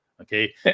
Okay